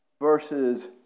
versus